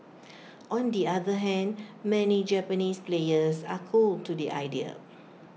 on the other hand many Japanese players are cool to the idea